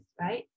right